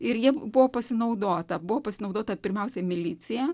ir ja buvo pasinaudota buvo pasinaudota pirmiausia milicija